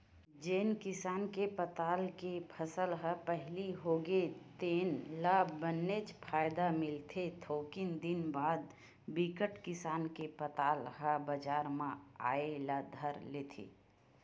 जेन किसान के पताल के फसल ह पहिली होगे तेन ल बनेच फायदा मिलथे थोकिन दिन बाद बिकट किसान के पताल ह बजार म आए ल धर लेथे